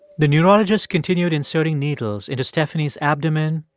the neurologist continued inserting needles into stephanie's abdomen,